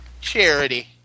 Charity